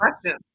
question